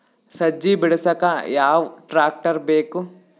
ಸಜ್ಜಿ ಬಿಡಸಕ ಯಾವ್ ಟ್ರ್ಯಾಕ್ಟರ್ ಬೇಕು?